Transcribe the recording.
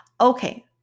Okay